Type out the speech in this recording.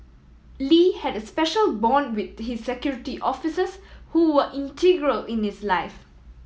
Lee had a special bond with his Security Officers who were integral in his life